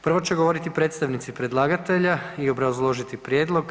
Prvo će govoriti predstavnici predlagatelja i obrazložiti prijedlog.